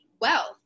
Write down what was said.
wealth